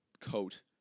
coat